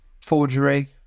forgery